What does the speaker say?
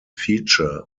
feature